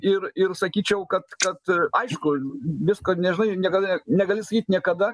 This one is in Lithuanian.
ir ir sakyčiau kad kad aišku visko nežinai niekada negali sakyt niekada